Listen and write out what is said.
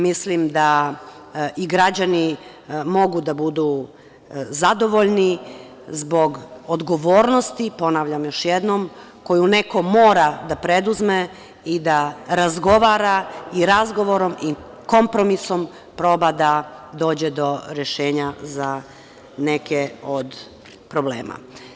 Mislim da i građani mogu da budu zadovoljni zbog odgovornosti koju, ponavljam još jednom, neko mora da preduzme i da razgovara i razgovorom i kompromisom proba da dođe do rešenja za neke od problema.